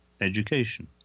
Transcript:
education